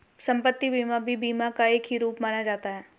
सम्पत्ति बीमा भी बीमा का एक रूप ही माना जाता है